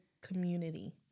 community